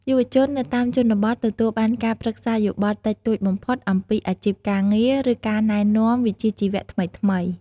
យុវជននៅតាមជនបទទទួលបានការប្រឹក្សាយោបល់តិចតួចបំផុតអំពីអាជីពការងារ ឬការណែនាំវិជ្ជាជីវៈថ្មីៗ។